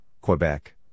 Quebec